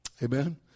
Amen